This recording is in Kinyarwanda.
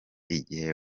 igihe